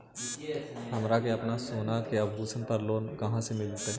हमरा के अपना सोना के आभूषण पर लोन कहाँ से मिलत?